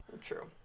True